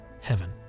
Heaven